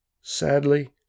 Sadly